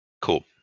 Cool